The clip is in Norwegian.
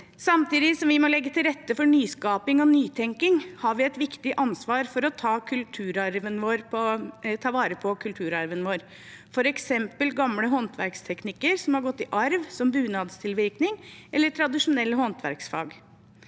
Samtidig som vi må legge til rette for nyskaping og nytenkning, har vi et viktig ansvar for å ta vare på kulturarven vår, f.eks. gamle håndverksteknikker som har gått i arv, som bunadstilvirkning eller tradisjonelle håndverksfag.